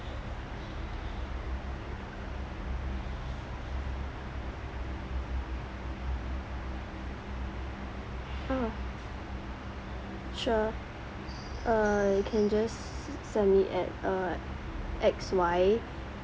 ah sure uh you can just send me at uh X Y